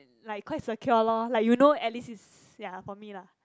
like quite secure lor like you know at least is ya for me lah